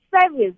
service